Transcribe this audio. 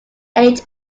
age